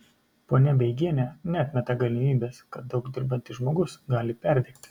ponia beigienė neatmeta galimybės kad daug dirbantis žmogus gali perdegti